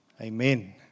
Amen